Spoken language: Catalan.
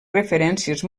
referències